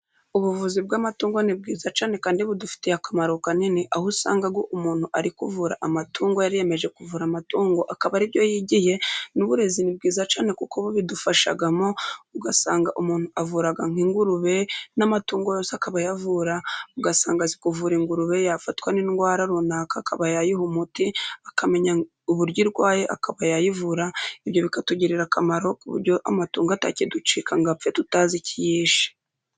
Ubuvuzi bw'amatungo ni bwiza cyane kandi budufitiye akamaro kanini, aho usanga nk'umuntu ari kuvura amatungo yariyemeje kuvura amatungo, akaba ari byo yigiye. N'uburezi ni bwiza cyane kuko bubidufashamo ugasanga umuntu avura nk'ingurube, n'amatungo yose akaba yayavura, ugasanga azi kuvura ingurube yafatwa n'indwara runaka akaba yayiha umuti, akamenya uburyo irwaye akaba yayivura, ibyo bikatugirira akamaro, ku buryo amatungo atakiducika ngo apfe tutazi ikiyishe.